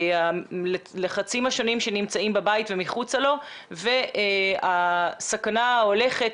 הלחצים השונים שנמצאים בבית ומחוצה לו והסכנה ההולכת